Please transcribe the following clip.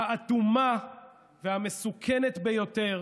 האטומה והמסוכנת ביותר